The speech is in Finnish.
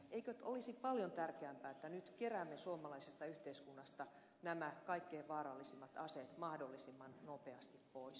eikö olisi paljon tärkeämpää että nyt keräämme suomalaisesta yhteiskunnasta nämä kaikkein vaarallisimmat aseet mahdollisimman nopeasti pois